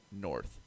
North